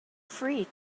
free